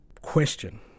question